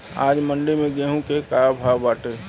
आज मंडी में गेहूँ के का भाव बाटे?